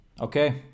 okay